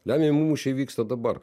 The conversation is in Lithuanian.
lemiami mūšiai vyksta dabar